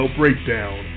breakdown